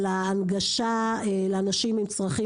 על ההנגשה לאנשים עם צרכים